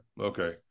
okay